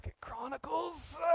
Chronicles